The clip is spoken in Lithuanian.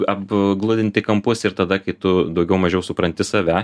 apgludinti kampus ir tada kai tu daugiau mažiau supranti save